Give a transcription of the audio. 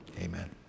amen